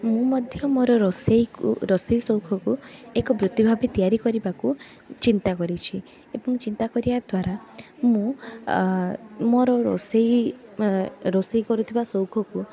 ମୁଁ ମଧ୍ୟ ମୋର ରୋଷେଇକୁ ରୋଷେଇ ସଉକକୁ ଏକ ବୃତ୍ତିଭାବେ ତିଆରି କରିବାକୁ ଚିନ୍ତା କରିଛି ଏବଂ ଚିନ୍ତା କରିବାଦ୍ଵାରା ମୁଁ ମୋର ରୋଷେଇ ଏଁ ରୋଷେଇ କରୁଥିବା ସଉକକୁ